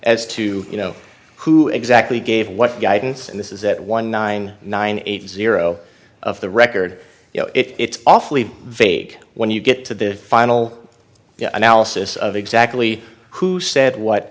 as to you know who exactly gave what guidance and this is that one nine nine eight zero of the record you know it's awfully vague when you get to the final analysis of exactly who said what